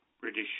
British